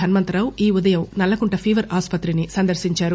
హన్మంతరావు ఈ ఉదయం నల్లకుంట ఫీవర్ ఆస్పత్రిని సందర్పించారు